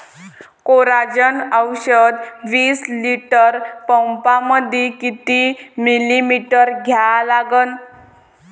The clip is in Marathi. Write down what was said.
कोराजेन औषध विस लिटर पंपामंदी किती मिलीमिटर घ्या लागन?